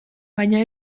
baina